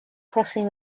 crossing